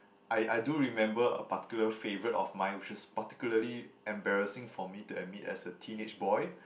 I I do remember a particular favourite of mine which is particularly embarrassing for me to admit as a teenage boy